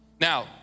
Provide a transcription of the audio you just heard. Now